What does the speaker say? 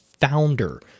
founder